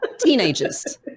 teenagers